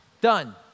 Done